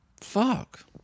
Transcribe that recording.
Fuck